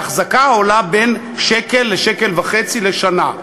ואחזקה עולה בין שקל לשקל וחצי לשנה.